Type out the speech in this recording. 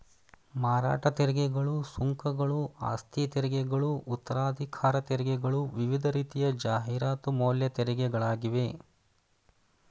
ಮಾರಾಟ ತೆರಿಗೆಗಳು, ಸುಂಕಗಳು, ಆಸ್ತಿತೆರಿಗೆಗಳು ಉತ್ತರಾಧಿಕಾರ ತೆರಿಗೆಗಳು ವಿವಿಧ ರೀತಿಯ ಜಾಹೀರಾತು ಮೌಲ್ಯ ತೆರಿಗೆಗಳಾಗಿವೆ